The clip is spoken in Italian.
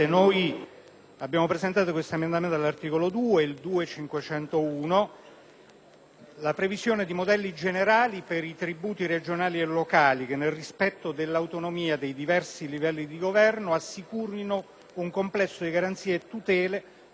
previsione di modelli generali per i tributi regionali e locali che, nel rispetto dell'autonomia dei diversi livelli di governo, assicurino un complesso di garanzie e tutele, coerente e compatibile con quello accordato al contribuente dalla disciplina dei tributi erariali».